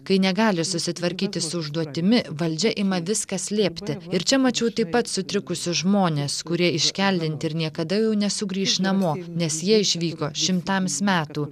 kai negali susitvarkyti su užduotimi valdžia ima viską slėpti ir čia mačiau taip pat sutrikusius žmones kurie iškeldinti ir niekada jau nesugrįš namo nes jie išvyko šimtams metų